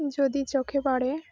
যদি চোখে পড়ে